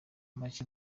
make